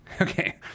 Okay